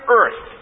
earth